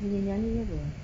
nyanyi-nyanyi ke apa